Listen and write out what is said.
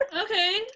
Okay